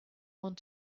want